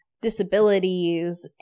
disabilities